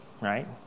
right